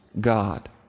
God